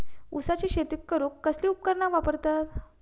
ऊसाची शेती करूक कसली उपकरणा वापरतत?